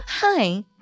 hi